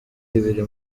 ibiri